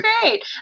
great